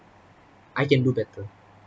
I can do better